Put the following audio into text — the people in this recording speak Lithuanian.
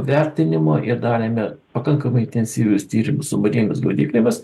vertinimo ir darėme pakankamai intensyvius tyrimus su marinėmis gaudyklėmis